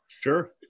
Sure